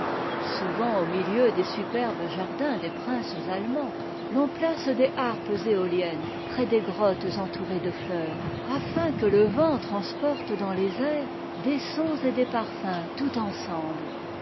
souvent au milieu des superbes jardins des princes allemands l'on place des harpes éoliennes près des grottes entourées de fleurs afin que le vent transporte dans tes airs des sons et des parfums tout ensemble